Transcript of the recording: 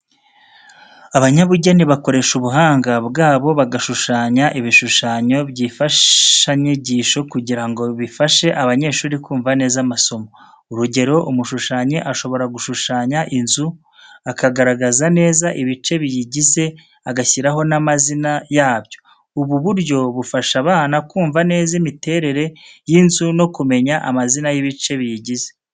Abanyabugeni bakoresha ubuhanga bwabo bagashushanya ibishushanyo by'imfashanyigisho kugira ngo bifashe abanyeshuri kumva neza amasomo. Urugero, umushushanyi ashobora gushushanya inzu, akagaragaza neza ibice biyigize agashyiraho n'amazina yabyo. Ubu buryo bufasha abana kumva neza imiterere y'inzu no kumenya amazina y'ibice biyigize.